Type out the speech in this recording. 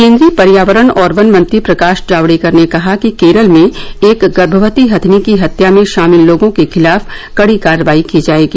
केन्द्रीय पर्यावरण और वन मंत्री प्रकाश जावड़ेकर ने कहा कि केरल में एक गर्भवती हथिनी की हत्या में शामिल लोगों के खिलाफ कड़ी कार्रवाई की जाएगी